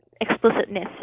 explicitness